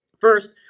First